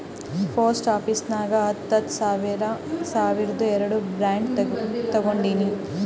post office ನಾಗ್ ಹತ್ತ ಹತ್ತ ಸಾವಿರ್ದು ಎರಡು ಬಾಂಡ್ ತೊಗೊಂಡೀನಿ